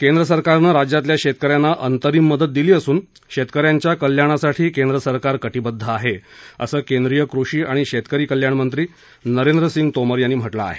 केंद्र सरकारनं राज्यातल्या शेतक यांना अंतरिम मदत दिली असून शेतकऱ्यांच्या कल्याणासाठी सरकार कटिबद्ध आहे असं केंद्रीय कृषी आणि शेतकरी कल्याण मंत्री नरेंद्रसिंग तोमर यांनी म्हटलं आहे